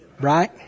Right